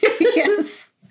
Yes